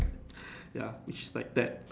ya each like that